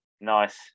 Nice